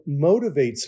motivates